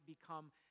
become